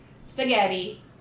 spaghetti